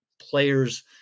players